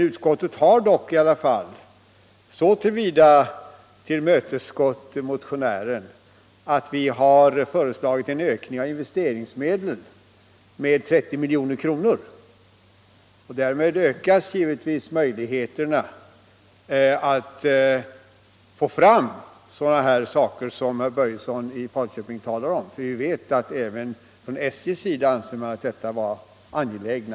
Utskottet har dock så till vida tillmötesgått motionären att vi har föreslagit en ökning av investeringsmedlen med 30 milj.kr. Därmed ökas givetvis möjligheterna att få fram sådana saker som herr Börjesson i Falköping talar om. Vi vet att man även från SJ:s sida anser dessa vara angelägna.